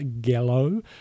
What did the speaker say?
Gallo